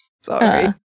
Sorry